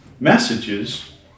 messages